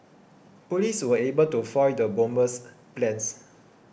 police were able to foil the bomber's plans